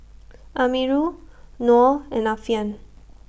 Amirul Noh and Alfian